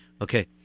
Okay